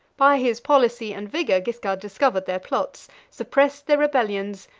by his policy and vigor, guiscard discovered their plots, suppressed their rebellions,